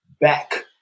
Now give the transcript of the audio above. back